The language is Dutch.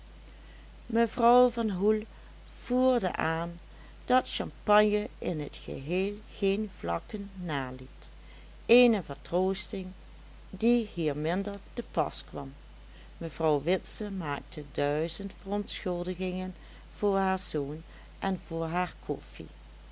mevrouw van hoel voerde aan dat champagne in t geheel geen vlakken naliet eene vertroosting die hier minder te pas kwam mevrouw witse maakte duizend verontschuldigingen voor haar zoon en voor haar koffie